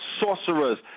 sorcerers